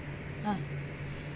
ah